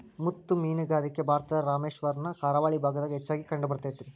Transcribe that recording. ಮುತ್ತು ಮೇನುಗಾರಿಕೆ ಭಾರತದ ರಾಮೇಶ್ವರಮ್ ನ ಕರಾವಳಿ ಭಾಗದಾಗ ಹೆಚ್ಚಾಗಿ ಕಂಡಬರ್ತೇತಿ